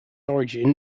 origin